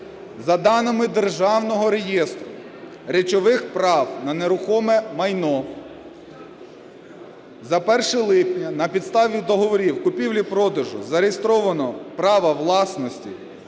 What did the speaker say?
За даними Державного реєстру речових прав на нерухоме майно за 1 липня на підставі договорів купівлі-продажу зареєстровано право власності